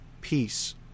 peace